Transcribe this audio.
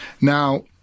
Now